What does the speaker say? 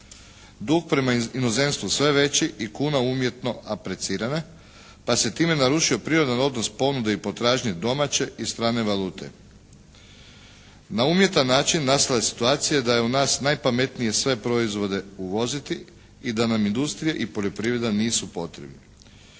dug prema inozemstvu sve veći i kuna umjetno aprecirana, pa se time narušio prirodan odnos ponude i potražnje domaće i strane valute. Na umjetan način nastala je situacija da je u nas najpametnije sve proizvode uvoziti i da nam industrija i poljoprivreda nisu potrebni.